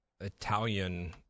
Italian